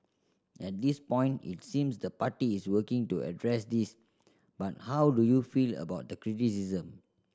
at this point it seems the party is working to address this but how do you feel about the criticism